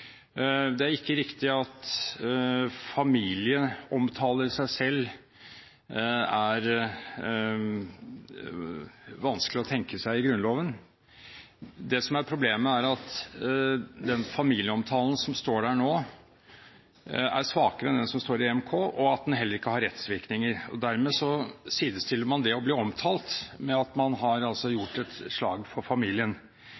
Det er ikke riktig at familieomtale i seg selv er vanskelig å tenke seg i Grunnloven. Det som er problemet, er at den familieomtalen som står der nå, er svakere enn den som står i EMK, og at den heller ikke har rettsvirkninger. Dermed sidestiller man det å bli omtalt med at man har